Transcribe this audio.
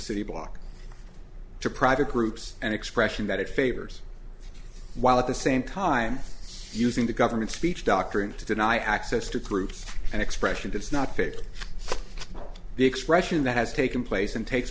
city block to private groups an expression that it favors while at the same time using the government speech doctrine to deny access to groups and expression does not fit the expression that has taken place and takes